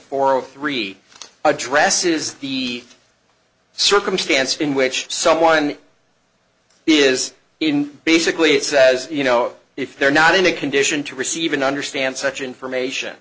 of three addresses the circumstance in which someone is in basically it says you know if they're not in a condition to receive and understand such information